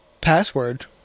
Password